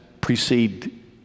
precede